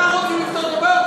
אנחנו רוצים לפתור את הבעיות,